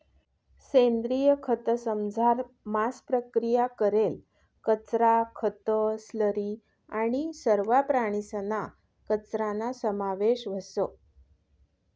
सेंद्रिय खतंसमझार मांस प्रक्रिया करेल कचरा, खतं, स्लरी आणि सरवा प्राणीसना कचराना समावेश व्हस